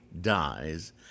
dies